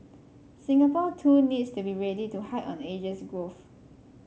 Singapore too needs to be ready to ride on Asia's growth